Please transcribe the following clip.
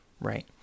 right